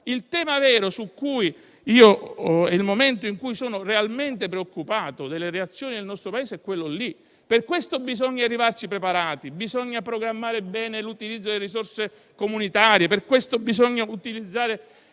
e speriamo presto. Il momento per il quale sono realmente preoccupato, a proposito delle reazioni del nostro Paese, è quello. Per questo bisogna arrivarci preparati; bisogna programmare bene l'utilizzo delle risorse comunitarie; per questo bisogna utilizzare